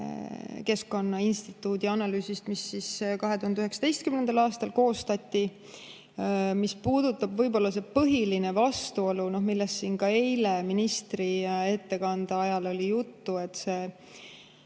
Keskkonnainstituudi analüüsist, mis 2019. aastal koostati. Võib-olla see põhiline vastuolu, millest siin ka eile ministri ettekande ajal oli juttu, see